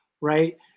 right